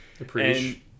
Appreciate